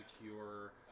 secure